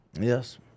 Yes